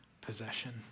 possession